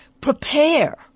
prepare